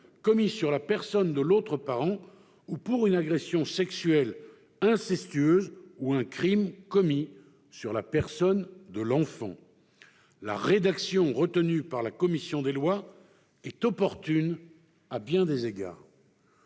commis sur la personne de l'autre parent, ou pour une agression sexuelle incestueuse ou un crime commis sur la personne de l'enfant. La rédaction retenue par la commission des lois est opportune à bien des égards.